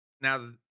now